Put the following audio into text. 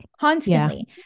constantly